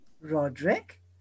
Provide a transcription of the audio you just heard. Roderick